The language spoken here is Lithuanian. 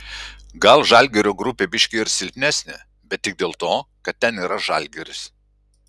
gal žalgirio grupė biški ir silpnesnė bet tik dėl to kad ten yra žalgiris